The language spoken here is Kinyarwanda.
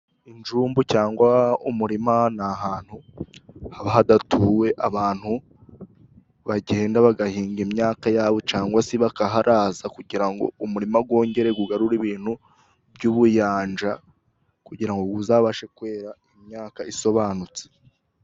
Injumbu cyangwa umurima ni ahantu haba hadatuwe, abantu bagenda bagahinga imyaka yabo cyangwa se bakaharaza kugira ngo umurima wongere ugarure ibintu by’ubuyanja, kugira ngo uzabashe kwera imyaka isobanutse.